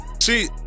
See